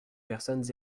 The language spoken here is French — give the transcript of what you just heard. personnes